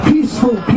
Peaceful